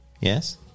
Yes